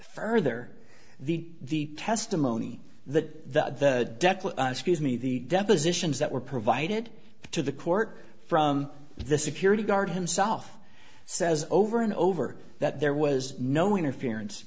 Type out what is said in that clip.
further the testimony that the declan excuse me the depositions that were provided to the court from the security guard himself says over and over that there was no interference